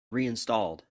reinstalled